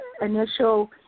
initial